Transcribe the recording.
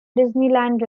disneyland